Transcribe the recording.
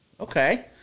okay